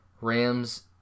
Rams